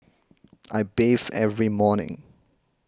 I bathe every morning